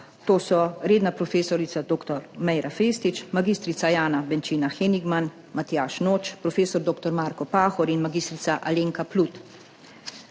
To so redna profesorica dr. Mejra Festić, mag. Jana Benčina Henigman, Matjaž Noč, prof. dr. Marko Pahor in mag. Alenka Plut.